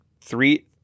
three